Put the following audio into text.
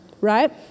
right